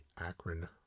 Akron